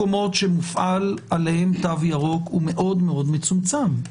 המקומות שמופעל עליהם תו ירוק היא מאוד מאוד מצומצמת.